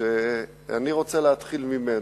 שאני רוצה להתחיל ממנו.